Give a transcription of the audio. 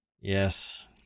yes